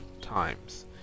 times